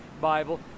Bible